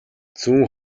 зүүн